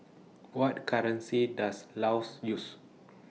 What currency Does Laos use